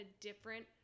different